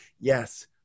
yes